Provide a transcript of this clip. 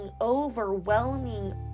overwhelming